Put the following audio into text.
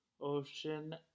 Ocean